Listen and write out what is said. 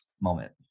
moment